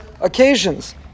occasions